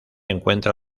encuentra